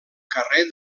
carrer